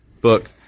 book